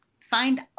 find